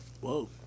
Whoa